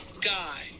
guy